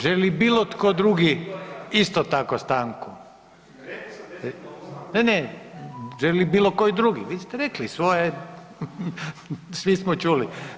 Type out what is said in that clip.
Želi li bilo tko drugi isto tako stanku? ... [[Upadica se ne čuje.]] Ne, ne, želi li bilo koji drugi, vi ste rekli svoje, svi smo čuli.